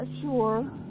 sure